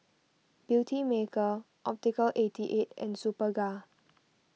Beautymaker Optical eighty eight and Superga